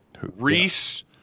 Reese